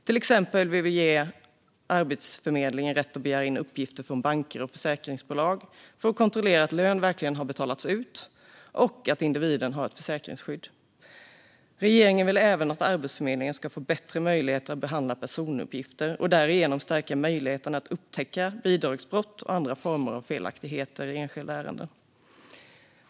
Till exempel vill vi ge Arbetsförmedlingen rätt att begära in uppgifter från banker och försäkringsbolag för att kontrollera att lön verkligen har betalats ut och att individen har ett försäkringsskydd. Regeringen vill även att Arbetsförmedlingen ska få bättre möjligheter att behandla personuppgifter och därigenom stärka möjligheten att upptäcka bidragsbrott och andra former av felaktigheter i enskilda ärenden.